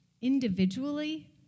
individually